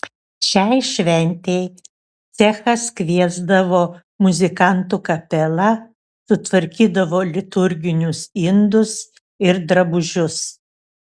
šiai šventei cechas kviesdavo muzikantų kapelą sutvarkydavo liturginius indus ir drabužius